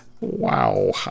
Wow